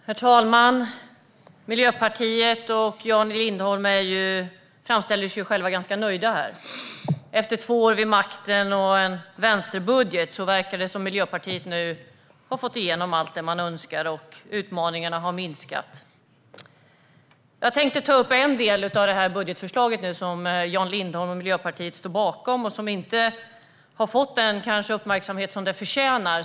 Herr talman! Miljöpartiet och Jan Lindholm framstår som ganska nöjda. Efter två år vid makten och en vänsterbudget verkar det som att Miljöpartiet nu har fått igenom allt det man önskar, och utmaningarna har minskat. Jag tänkte ta upp en del av det budgetförslag Jan Lindholm och Miljöpartiet står bakom som kanske inte har fått den uppmärksamhet den förtjänar.